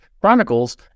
Chronicles